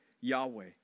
Yahweh